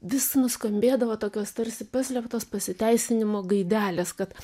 vis nuskambėdavo tokios tarsi paslėptos pasiteisinimo gaidelės kad